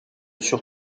sur